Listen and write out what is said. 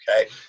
Okay